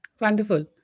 Wonderful